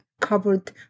covered